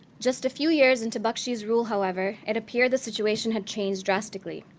just a few years into bakshi's rule, however, it appeared the situation had changed drastically.